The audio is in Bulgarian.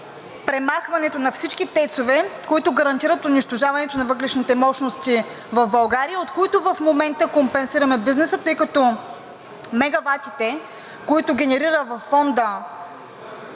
премахването на всички ТЕЦ-ове, които гарантират унищожаването на въглищните мощности в България, от които в момента компенсираме бизнеса, тъй като мегаватите, които генерира във Фонда